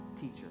teacher